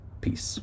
Peace